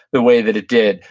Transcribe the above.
the way that it did,